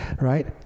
right